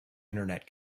internet